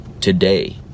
today